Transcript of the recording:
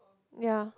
ya